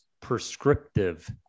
prescriptive